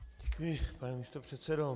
Děkuji, pane místopředsedo.